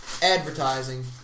Advertising